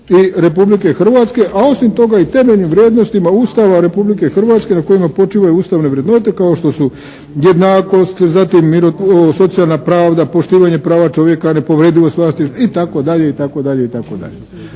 Republike Hrvatske a osim toga i temeljnim vrijednostima Ustava Republike Hrvatske na kojima počivaju ustavne vrednote kao što su jednakost, zatim socijalna pravda, poštivanje prava čovjeka, nepovredivost vlasništva itd.